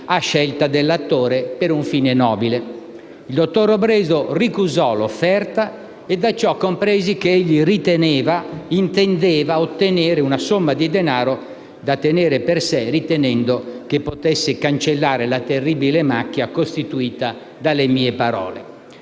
a scelta dell'attore, per un fine nobile. Il dottor Robledo ricusò l'offerta e da ciò compresi che egli intendeva ottenere una somma di denaro da tenere per sé, ritenendo che potesse cancellare la terribile macchia costituita dalle mie parole.